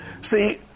See